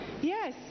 Yes